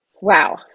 Wow